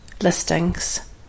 listings